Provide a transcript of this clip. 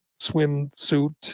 swimsuit